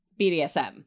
BDSM